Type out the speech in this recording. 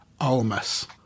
Almas